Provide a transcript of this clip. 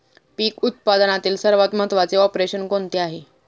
पीक उत्पादनातील सर्वात महत्त्वाचे ऑपरेशन कोणते आहे?